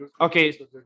okay